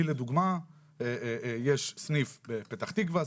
לי לדוגמה יש סניף בפתח תקווה,